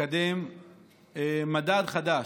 לקדם מדד חדש,